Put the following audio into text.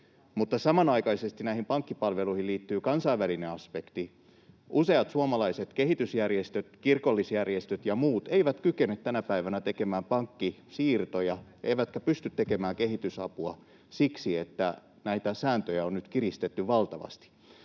samanaikaisesti näihin pankkipalveluihin liittyy kansainvälinen aspekti. Useat suomalaiset kehitysjärjestöt, kirkollisjärjestöt ja muut eivät kykene tänä päivänä tekemään pankkisiirtoja eivätkä pysty tekemään kehitysapua siksi, että näitä sääntöjä on nyt kiristetty valtavasti.